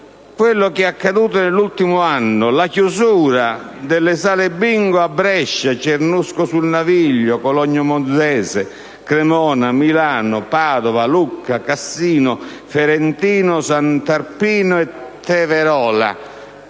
quanto accaduto nell'ultimo anno, vale a dire il sequestro delle sale Bingo a Brescia, Cernusco sul Naviglio, Cologno Monzese, Cremona, Milano, Padova, Luca, Cassino, Ferentino, Sant'Arpino e Teverola,